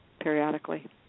periodically